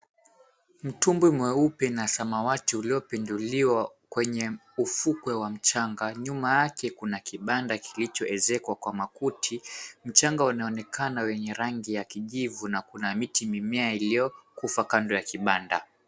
Mtumbwi mweupe na samawati uliopinduliwa kwenye ufukwe wa mchanga. Nyuma yake kuna kibanda kilichoezekwa kwa makuti. Mchanga unaonekana wenye rangi ya kijivu na kuna miti mimea iliyokufa kando ya kibanda.